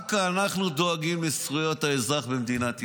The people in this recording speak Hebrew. רק אנחנו דואגים לזכויות האזרח במדינת ישראל,